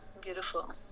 beautiful